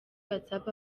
whatsapp